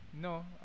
No